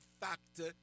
factor